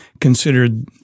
considered